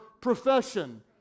profession